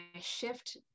shift